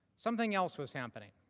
something else was happening.